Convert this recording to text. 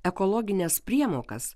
ekologines priemokas